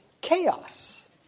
chaos